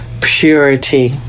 purity